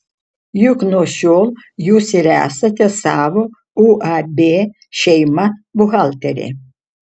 juk nuo šiol jūs ir esate savo uab šeima buhalterė